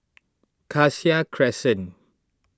Cassia Crescent